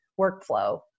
workflow